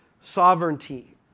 sovereignty